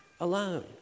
alone